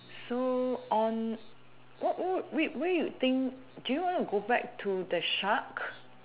so on what what whe~ where you think do you want to go back to the shark